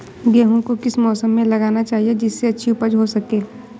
गेहूँ को किस मौसम में लगाना चाहिए जिससे अच्छी उपज हो सके?